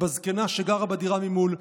בזקנה שגרה בדירה ממול,